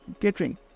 catering